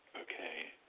Okay